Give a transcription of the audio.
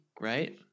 right